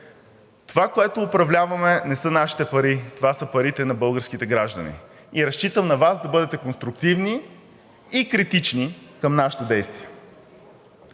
Това, което управляваме, не са нашите пари – това са парите на българските граждани, и разчитам на Вас да бъдете конструктивни и критични към нашите действия.